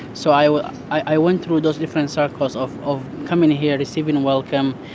so i ah i went through those different circles of of coming here, receiving welcome,